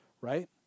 right